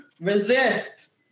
resist